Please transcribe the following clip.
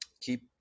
keep